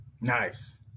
Nice